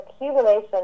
accumulation